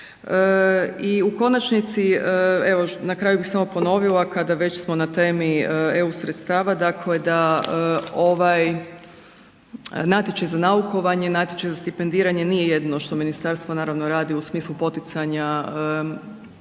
I u konačnici, evo na kraju bi samo ponovila, kada već smo na temi EU sredstava dakle da ovaj natječaj za naukovanje, natječaj za stipendiranje nije jedino što ministarstvo naravno radi u smislu poticanja malog